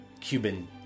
Cuban